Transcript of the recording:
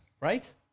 right